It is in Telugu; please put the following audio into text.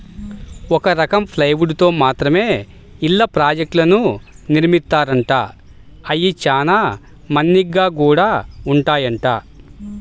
ఒక రకం ప్లైవుడ్ తో మాత్రమే ఇళ్ళ ప్రాజెక్టులను నిర్మిత్తారంట, అయ్యి చానా మన్నిగ్గా గూడా ఉంటాయంట